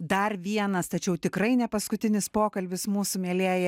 dar vienas tačiau tikrai ne paskutinis pokalbis mūsų mielieji